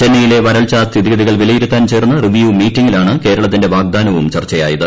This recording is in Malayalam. ചെന്നൈയിലെ വരൾച്ച സ്ഥിതിഗതികൾ വിലയിരുത്താൻ ചേർന്ന റിവ്യു മീറ്റിങിലാണ് കേരളത്തിന്റെ വാഗ്ദാനവും ചർച്ചയായത്